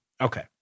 Okay